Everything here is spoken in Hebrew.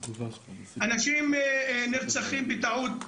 אנשים נרצחים בטעות.